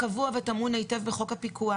קבוע וטמון היטב בחוק הפיקוח.